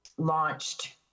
Launched